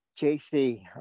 JC